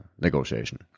negotiation